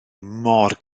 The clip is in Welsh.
mor